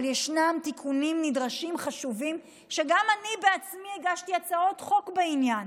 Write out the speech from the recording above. אבל ישנם תיקונים נדרשים חשובים שגם אני בעצמי הגשתי הצעות חוק בעניינם,